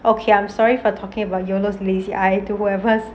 okay I'm sorry for talking about yolo lazy eye to whoever